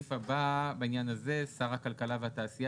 הסעיף הזה בעניין הזה: "שר הכלכלה והתעשייה